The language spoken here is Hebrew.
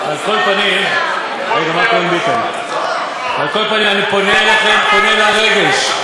על כל פנים, אני פונה אליכם, פונה לרגש.